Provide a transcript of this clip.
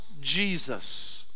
Jesus